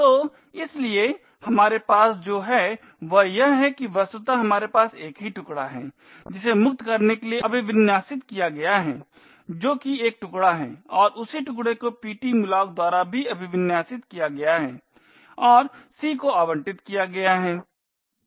तो इसलिए हमारे पास जो है वह यह है कि वस्तुतः हमारे पास एक ही टुकड़ा है जिसे मुक्त करने के लिए अभिविन्यस्त किया गया है जो कि एक टुकड़ा है और उसी टुकडे को ptmalloc द्वारा भी अभिविन्यस्त किया गया है और c को आवंटित किया गया है